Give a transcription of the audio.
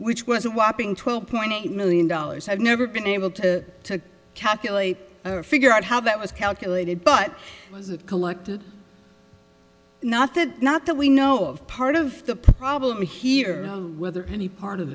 which was a whopping twelve point eight million dollars i've never been able to calculate figure out how that was calculated but was it collected not that not that we know of part of the problem here whether any part of